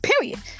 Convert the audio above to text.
period